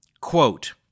Quote